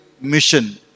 mission